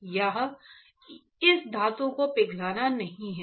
यहाँ इस धातु को पिघलाना नहीं है